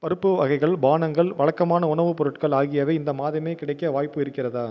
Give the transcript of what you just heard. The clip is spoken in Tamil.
பருப்பு வகைகள் பானங்கள் வழக்கமான உணவுப் பொருட்கள் ஆகியவை இந்த மாதமே கிடைக்க வாய்ப்பு இருக்கிறதா